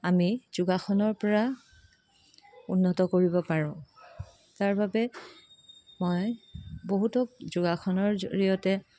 আমি যোগাসনৰ পৰা উন্নত কৰিব পাৰোঁ তাৰবাবে মই বহুতক যোগাসনৰ জৰিয়তে